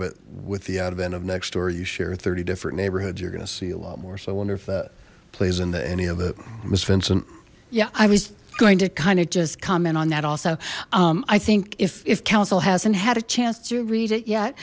but with the advent of next door you share thirty different neighborhoods you're gonna see a lot more so i wonder if that plays into any of it miss vincent yeah i was going to kind of just comment on that also i think if if counsel hasn't had a chance to read it yet